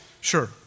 Sure